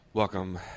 Welcome